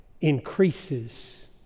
increases